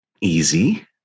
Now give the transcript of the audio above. easy